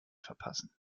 verpassen